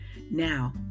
Now